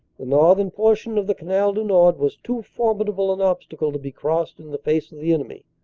the northern portion of the canal du nord was too formidable an obstacle to be crossed in the face of the enemy.